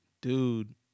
dude